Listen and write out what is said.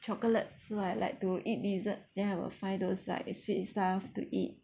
chocolate so I like to eat dessert then I will find those like sweet stuff to eat